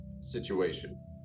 situation